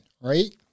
right